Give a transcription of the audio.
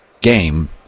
game